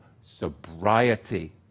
Sobriety